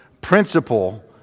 principle